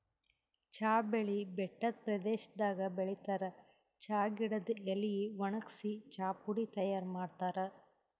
ಚಾ ಬೆಳಿ ಬೆಟ್ಟದ್ ಪ್ರದೇಶದಾಗ್ ಬೆಳಿತಾರ್ ಚಾ ಗಿಡದ್ ಎಲಿ ವಣಗ್ಸಿ ಚಾಪುಡಿ ತೈಯಾರ್ ಮಾಡ್ತಾರ್